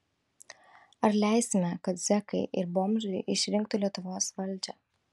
ar leisime kad zekai ir bomžai išrinktų lietuvos valdžią